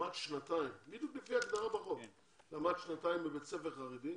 למד שנתיים בבית ספר חרדי,